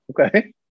Okay